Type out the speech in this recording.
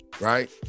right